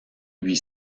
huit